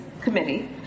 committee